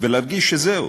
ולהרגיש שזהו,